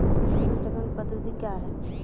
फसल चक्रण पद्धति क्या हैं?